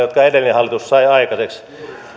jotka edellinen hallitus sai aikaiseksi